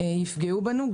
שיפגעו בנו.